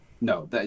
No